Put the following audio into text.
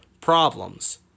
problems